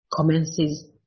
commences